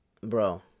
bro